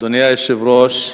אדוני היושב-ראש,